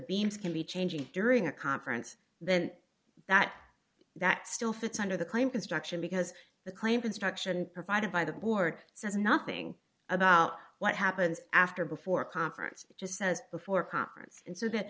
beams can be changing during a conference then that that still fits under the claim construction because the claim construction provided by the board says nothing about what happens after before conference just says before conference and s